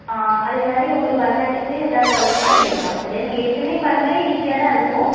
ஆ அதேமாதிரி உங்களுக்கு பரதநாட்டியத்துக்கு ஏதாவது டவுட்ஸ் இருந்தால் கேட்கலாம் சரியா நீ ஏற்கனவே பண்ணுணாலே ஈஸியாக தான் இருக்கும்